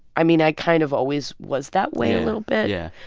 i mean, i kind of always was that way a little bit yeah.